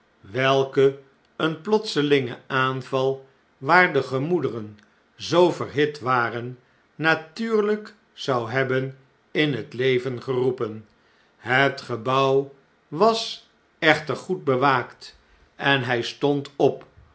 welke een plotselinge aanval waar de gemoederen zoo verhit waren natuurlijk zou hebben in het leven geroepen het gebouw was echter goed bewaakt en hij stond op